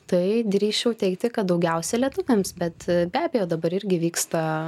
tai drįsčiau teigti kad daugiausia lietuviams bet be abejo dabar irgi vyksta